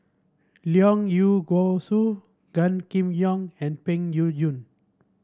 Leong Yee Goo Soo Gan Kim Yong and Peng Yuyun